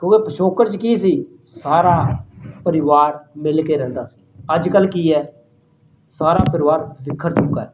ਕਿਉਂਕਿ ਪਿਛੋਕੜ 'ਚ ਕੀ ਸੀ ਸਾਰਾ ਪਰਿਵਾਰ ਮਿਲਕੇ ਰਹਿੰਦਾ ਸੀ ਅੱਜ ਕੱਲ੍ਹ ਕੀ ਹੈ ਸਾਰਾ ਪਰਿਵਾਰ ਬਿਖਰ ਚੁੱਕਾ ਹੈ